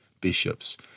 bishops